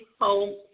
home